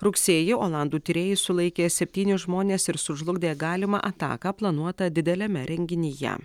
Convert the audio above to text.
rugsėjį olandų tyrėjai sulaikė septynis žmones ir sužlugdė galimą ataką planuotą dideliame renginyje